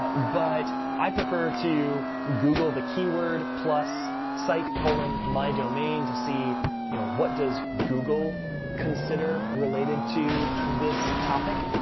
ah but i prefer to google the keyword, plus site colon my domain to see you know what does google consider related to this topic?